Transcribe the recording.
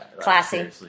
Classy